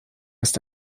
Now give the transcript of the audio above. ist